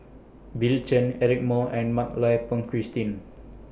Bill Chen Eric Moo and Mak Lai Peng Christine